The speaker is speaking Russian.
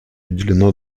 уделено